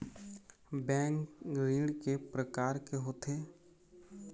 Bank ऋण के प्रकार के होथे?